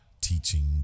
teaching